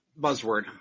buzzword